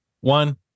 one